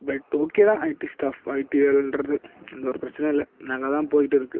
but okay தான் IT staff IT வேலைன்றது எந்த ஒரு பிரச்சினையும் இல்லை நல்லாதான் போயிகிட்டுருக்கு